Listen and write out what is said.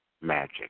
magic